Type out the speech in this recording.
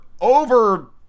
over